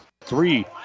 three